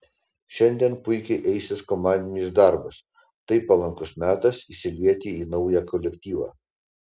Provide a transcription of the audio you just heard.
šiandien puikiai eisis komandinis darbas tai palankus metas įsilieti į naują kolektyvą